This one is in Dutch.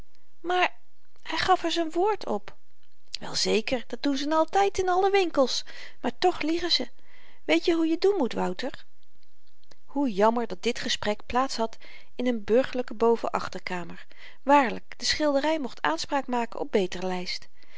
maar hy gaf er z'n woord op wel zeker dat doen ze n altyd in alle winkels maar toch liegen ze weetje hoe je doen moet wouter hoe jammer dat dit gesprek plaats had in n burgerlyke boven achterkamer waarlyk de schildery mocht aanspraak maken op beter lyst